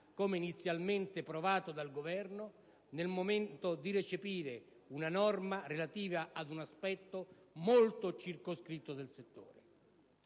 come inizialmente tentato dal Governo, nel momento di recepire una norma relativa ad un aspetto molto circoscritto del settore.